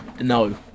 no